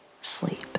sleep